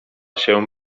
się